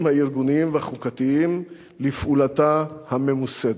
הארגוניים והחוקתיים לפעולתה הממוסדת.